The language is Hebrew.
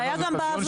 זה היה גם בעבר.